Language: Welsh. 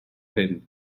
hyn